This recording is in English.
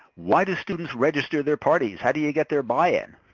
why do students register their parties? how do you get their buy-in?